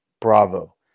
Bravo